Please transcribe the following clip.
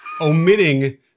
omitting